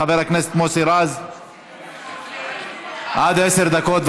חבר הכנסת מוסי רז, בבקשה, עד עשר דקות.